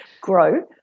grow